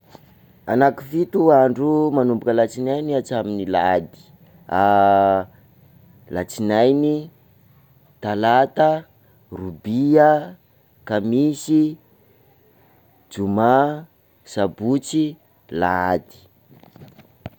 Anakifito andro andro manomboka latsinainy hatramin'ny lahady: latsinainy, talata, robia, kamisy, joma, sabotsy, lahady